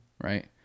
right